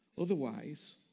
Otherwise